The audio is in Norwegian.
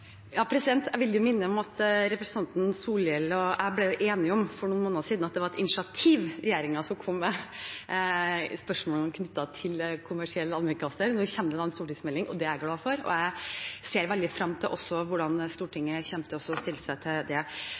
Jeg vil minne om at representanten Solhjell og jeg for noen måneder siden ble enige om at det var et initiativ regjeringen skulle komme med i spørsmålene knyttet til kommersiell allmennkringkaster. Nå kommer det en stortingsmelding, det er jeg glad for, og jeg ser også veldig frem til hvordan Stortinget kommer til å stille seg til